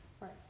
Right